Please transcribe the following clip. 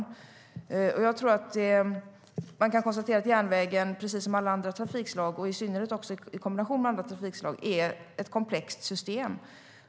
Man kan konstatera att järnvägen är ett komplext system, precis som alla andra trafikslag och i synnerhet i kombination med andra trafikslag.